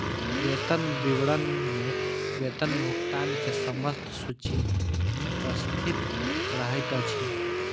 वेतन विवरण में वेतन भुगतान के समस्त सूचि उपस्थित रहैत अछि